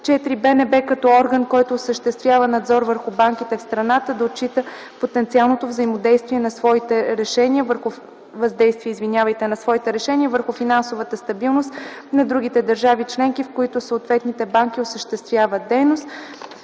банка като орган, който осъществява надзор върху банките в страната, да отчита потенциалното въздействие на своите решения върху финансовата стабилност на другите държави членки, в които съответните банки осъществяват дейност;